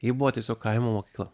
ji buvo tiesiog kaimo mokykla